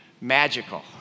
magical